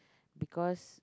because